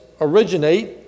originate